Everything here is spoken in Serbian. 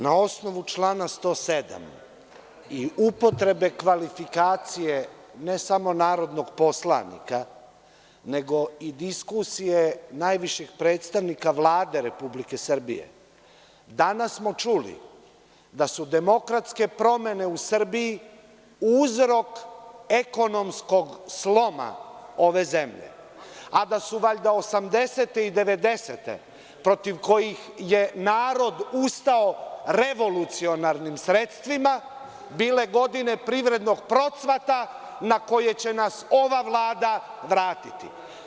Na osnovu člana 107. i upotrebe kvalifikacije ne samo narodnog poslanika nego i diskusije najvišeg predstavnika Vlade Republike Srbije, danas smo čuli da su demokratske promene u Srbiji uzrok ekonomskog sloma ove zemlje, a da su valjda 80-te i 90-te, protiv kojih je narod ustao revolucionarnim sredstvima, bile godine privrednog procvata na koje će nas ova Vlada vratiti.